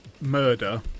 murder